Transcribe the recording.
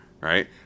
right